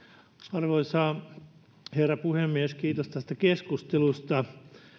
arvoisa herra puhemies kiitos tästä keskustelusta